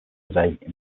saturday